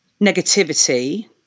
negativity